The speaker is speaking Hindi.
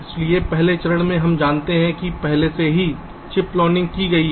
इसलिए पहले चरण में हम मानते हैं कि पहले से ही चिप प्लानिंग की गई है